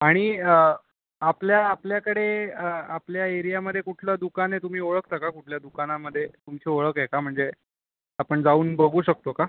आणि आपल्या आपल्याकडे आपल्या एरियामध्ये कुठलं दुकान आहे तुम्ही ओळखता का कुठल्या दुकानामध्ये तुमची ओळख आहे का म्हणजे आपण जाऊन बघू शकतो का